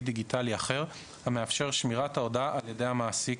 דיגיטלי אחר המאפשר שמירת ההודעה על ידי המעסיק,